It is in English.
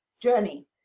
journey